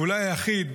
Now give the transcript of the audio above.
ואולי היחיד,